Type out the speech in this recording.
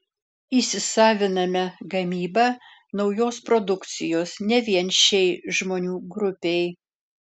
įsisaviname gamybą naujos produkcijos ne vien šiai žmonių grupei